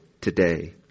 today